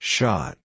Shot